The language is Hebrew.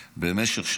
במשך שעות.